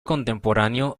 contemporáneo